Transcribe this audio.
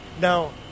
Now